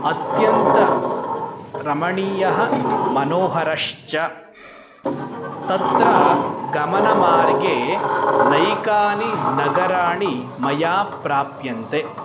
अत्यन्तरमणीयः मनोहरश्च तत्र गमनमार्गे नैकानि नगराणि मया प्राप्यन्ते